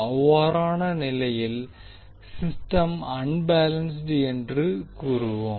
அவ்வாறான நிலையில் system unbalanced என்று கூறுவோம்